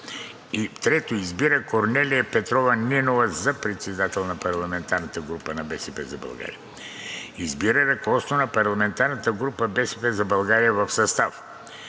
3. Избира Корнелия Петрова Нинова за председател на парламентарната група „БСП за България“; 4. Избира ръководство на парламентарната група „БСП за България“ в състав: